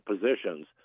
positions